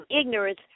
ignorance